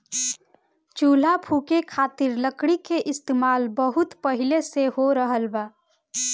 चूल्हा फुके खातिर लकड़ी के इस्तेमाल बहुत पहिले से हो रहल बा